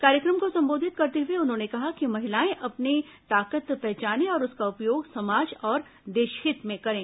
कार्यक्रम को संबोधित करते हुए उन्होंने कहा कि महिलाएं अपनी ताकत पहचानें और उसका उपयोग समाज तथा देशहित में करें